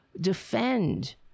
defend